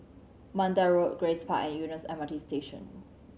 Mandai Road Grace Park and Eunos M R T Station